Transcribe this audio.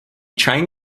train